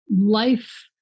life